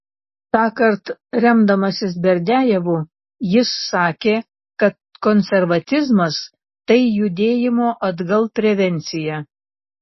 tąkart remdamasis berdiajevu jis sakė kad konservatizmas tai judėjimo atgal prevencija